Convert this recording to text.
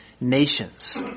nations